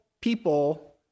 people